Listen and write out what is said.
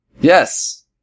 Yes